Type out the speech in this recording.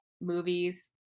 movies